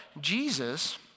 Jesus